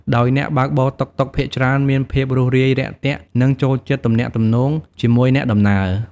ដោយអ្នកបើកបរតុកតុកភាគច្រើនមានភាព រួសរាយរាក់ទាក់ និងចូលចិត្តទំនាក់ទំនងជាមួយអ្នកដំណើរ។